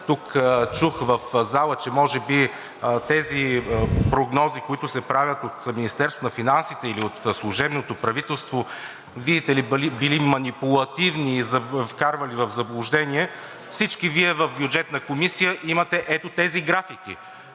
чух тук в залата, че може би тези прогнози, които се правят от Министерството на финансите или от служебното правителство, видите ли, били манипулативни и вкарвали в заблуждение. Всички Вие в Бюджетната комисия имате ето тези графики!